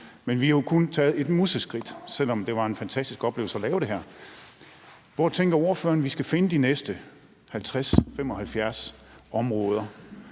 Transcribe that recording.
Men vi har jo kun taget et museskridt, selv om det var en fantastisk oplevelse at lave det her. Hvor tænker ordføreren at vi skal finde de næste 50 eller 75 områder